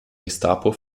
gestapo